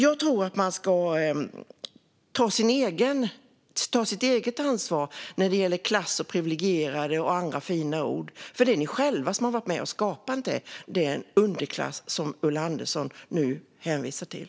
Jag tycker att Vänsterpartiet ska ta sitt ansvar när det gäller klass, privilegierade och andra fina ord, för man har själv varit med och skapat den underklass som Ulla Andersson hänvisar till.